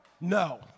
No